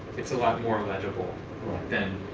it's a lot more legible then.